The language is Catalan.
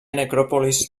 necròpolis